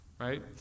Right